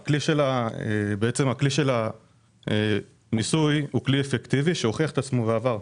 הכלי של המיסוי הוא כלי אפקטיבי שהוכיח את עצמו בעבר,